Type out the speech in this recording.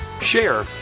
share